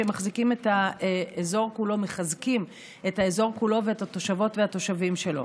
שמחזקים את האזור כולו ואת התושבות והתושבים שלו.